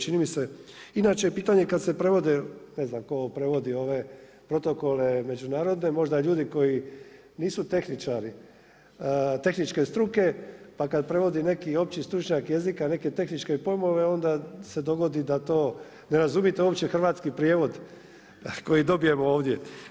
Čini mi se, inače pitanje je kad se prevode, ne znam tko ovo prevodi, ove protokole, međunarodne, možda ljudi koji nisu tehničari, tehničke struke, pa kad prevodi neki opći stručnjak jezika, neke tehničke pojmove, onda se dogodi da to ne razumite uopće hrvatski prijevod koji dobijemo ovdje.